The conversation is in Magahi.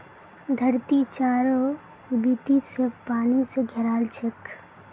धरती चारों बीती स पानी स घेराल छेक